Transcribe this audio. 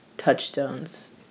touchstones